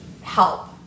help